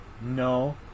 No